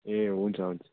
ए हुन्छ हुजुर